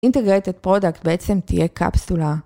אינטגרייטד פרודקט בעצם תהיה קפסולה...